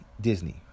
Disney